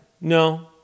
No